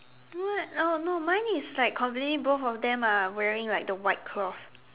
what oh no no mine is like completely both of them are wearing like the white cloth